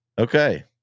Okay